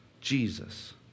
Jesus